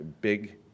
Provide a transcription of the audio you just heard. big